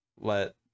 let